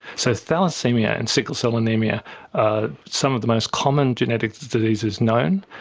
so thalassaemia and sickle-cell anaemia are some of the most common genetic diseases known.